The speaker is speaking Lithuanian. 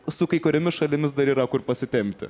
su kai kuriomis šalimis dar yra kur pasitempti